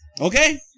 Okay